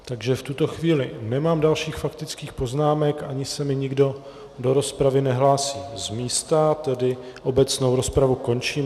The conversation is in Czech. Takže v tuto chvíli nemám dalších faktických poznámek ani se mi nikdo do rozpravy nehlásí z místa, tedy obecnou rozpravu končím.